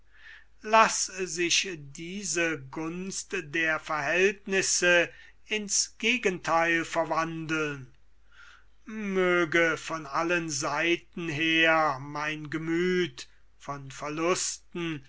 laß sich diese gunst der verhältnisse in's gegentheil verwandeln möge von allen seiten her mein gemüth von verlusten